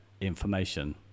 information